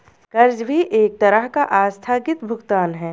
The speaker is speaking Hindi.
कर्ज भी एक तरह का आस्थगित भुगतान है